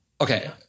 Okay